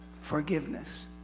forgiveness